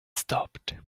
stopped